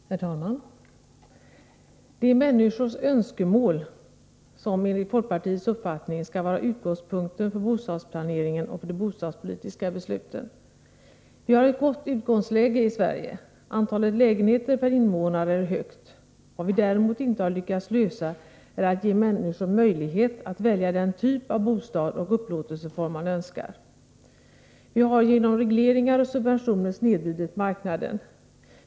Herr talman! Det är människors önskemål som enligt folkpartiets uppfattning skall vara utgångspunkten för bostadsplaneringen och för de bostadspolitiska besluten. Vi har ett gott utgångsläge i Sverige. Antalet lägenheter per invånare är högt. Vad vi däremot inte har lyckats lösa är att ge människor möjlighet att välja den typ av bostad och upplåtelseform de önskar. Vi har genom regleringar och subventioner snedvridit marknaden.